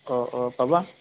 অঁ অঁ পাবা